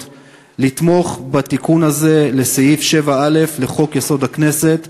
לתמוך בתיקון הזה לסעיף 7א לחוק-יסוד: הכנסת.